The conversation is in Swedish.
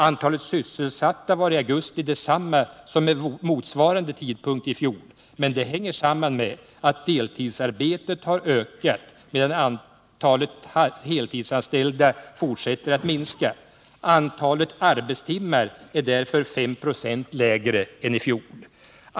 Antalet sysselsatta var i augusti detsamma som vid motsvarande tidpunkt i fjol. Men det hänger samman med att deltidsarbetet har ökat, medan antalet | heltidsanställda fortsätter att minska. Antalet arbetstimmar är därför 5 96 | lägre än i fjol.